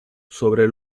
sobre